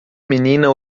menina